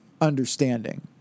understanding